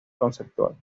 conceptual